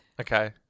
Okay